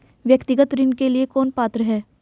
व्यक्तिगत ऋण के लिए कौन पात्र है?